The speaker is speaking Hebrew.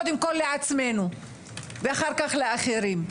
קודם כול לעצמנו ואחר כך לאחרים.